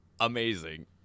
amazing